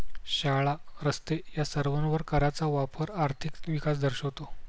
शाळा, रस्ते या सर्वांवर कराचा वापर आर्थिक विकास दर्शवतो